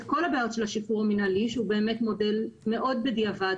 כל הבעיות של השחרור המינהלי שהוא באמת מודל מאוד בדיעבד,